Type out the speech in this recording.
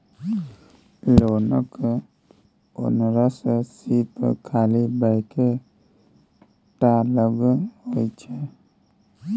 लोनक ओनरशिप खाली बैंके टा लग होइ छै